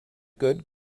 good